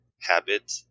habit